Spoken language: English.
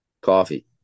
coffee